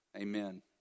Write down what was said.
Amen